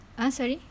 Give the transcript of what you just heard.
ah sorry